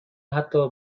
حتا